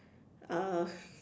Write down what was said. uh